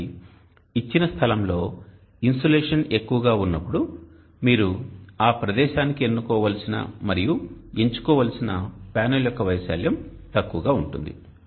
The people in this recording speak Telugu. కాబట్టి ఇచ్చిన స్థలంలో ఇన్సోలేషన్ ఎక్కువగా ఉన్నప్పుడు మీరు ఆ ప్రదేశానికి ఎన్నుకోవలసిన మరియు ఎంచుకోవలసిన ప్యానెల్ యొక్క వైశాల్యం తక్కువగా ఉంటుంది